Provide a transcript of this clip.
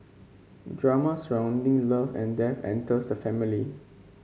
drama surrounding love and death enters the family